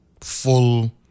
full